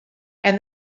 and